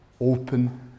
open